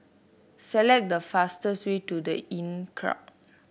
select the fastest way to The Inncrowd